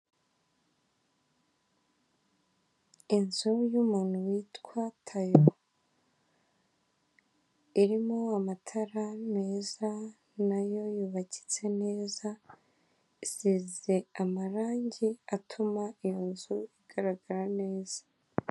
Inzu y'umuntu witwa tayo irimo amatara meza nayo yubakitse neza, isize amarange atuma iyonzu igaragara neza.